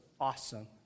awesome